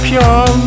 Pure